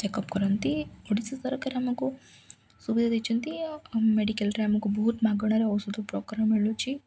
checkup କରନ୍ତି ଓଡ଼ିଶା ସରକାର ଆମକୁ ସୁବିଧା ଦେଇଛନ୍ତି ଆଉ ମେଡ଼ିକାଲ୍ରେ ଆମକୁ ବହୁତ ମାଗଣାରେ ଔଷଧ ପ୍ରକାର ମିଳୁଛି